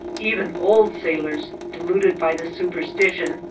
even old sailors, deluded by this superstition,